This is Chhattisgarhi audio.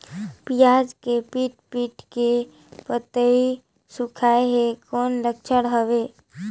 पियाज के टीप टीप के पतई सुखात हे कौन लक्षण हवे?